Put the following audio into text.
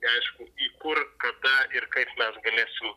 neaišku į kur kada ir kaip mes galėsim